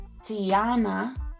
Tiana